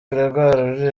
gregoir